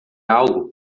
algo